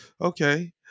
Okay